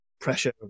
pressure